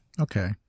okay